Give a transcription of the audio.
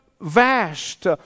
vast